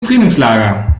trainingslager